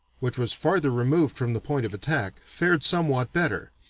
which was farther removed from the point of attack, fared somewhat better,